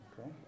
Okay